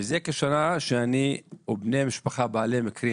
מזה כשנה שאני ובני משפחה בעלי מקרים